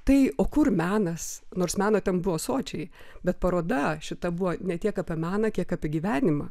tai o kur menas nors meno ten buvo sočiai bet paroda šita buvo ne tiek apie meną kiek apie gyvenimą